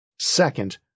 Second